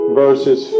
verses